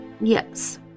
Yes